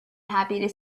happy